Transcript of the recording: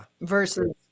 Versus